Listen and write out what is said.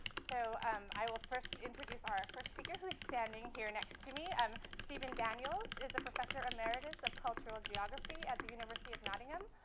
so um i will first introduce our first speaker who's standing here next to me. um stephen daniels is a professor emeritus of cultural geography at the university of nottingham.